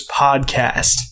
podcast